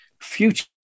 future